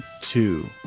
two